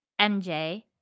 MJ